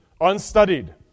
unstudied